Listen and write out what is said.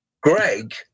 Greg